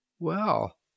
Well